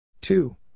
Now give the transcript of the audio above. Two